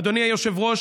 אדוני היושב-ראש,